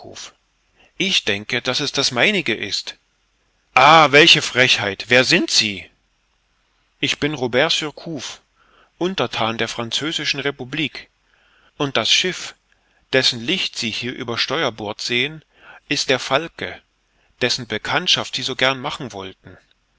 ich denke daß es das meinige ist ah welche frechheit wer sind sie ich bin robert surcouf unterthan der französischen republik und das schiff dessen licht sie hier über steuerbord sehen ist der falke dessen bekanntschaft sie so gern machen wollten